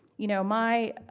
you know, my